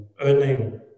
earning